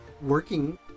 working